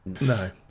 No